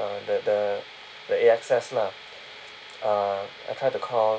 uh the the the A_S_X lah uh I tried to call